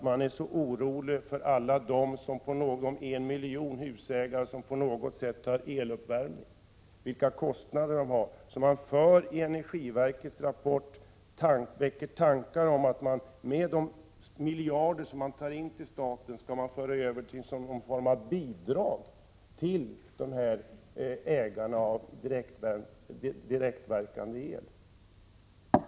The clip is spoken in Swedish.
Man är så orolig över kostnaderna för alla de 1 miljon husägare som har eluppvärmning att man i energiverkets rapport väckte tanken på att av de miljarder som tas in till staten skall det lämnas någon form av bidrag till ägare av direktverkande el.